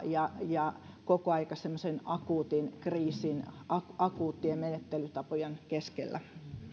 ja ja koko ajan semmoisen akuutin kriisin akuuttien menettelytapojen keskellä